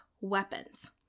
weapons